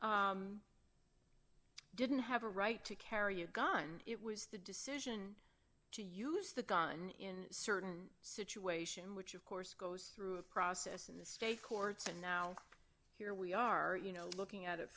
didn't have a right to carry a gun it was the decision to use the gun in certain situation which of course goes through a process in the state courts and now here we are you know looking at it